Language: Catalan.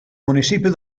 municipi